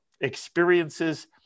experiences